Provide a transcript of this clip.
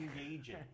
engaging